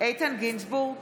איתן גינזבורג,